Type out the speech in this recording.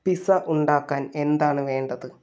pizza ഉണ്ടാക്കാൻ എന്താണ് വേണ്ടത്